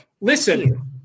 Listen